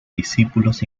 discípulos